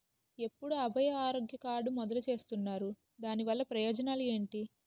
ఎప్పుడు అభయ ఆరోగ్య కార్డ్ మొదలు చేస్తున్నారు? దాని వల్ల ప్రయోజనాలు ఎంటి?